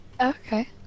Okay